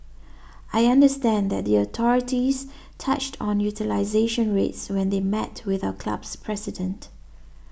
I understand that the authorities touched on utilisation rates when they met with our club's president